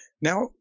Now